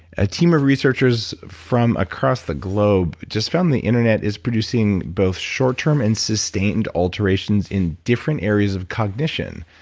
a team of researchers from across the globe just found the internet is producing both short-term and sustained alterations in different areas of cognition,